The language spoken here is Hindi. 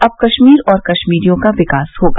अब कश्मीर और कश्मीरियों का विकास होगा